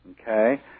okay